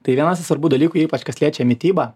tai viena is svarbių dalykų ypač kas liečia mitybą